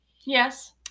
Yes